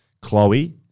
Chloe